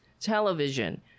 television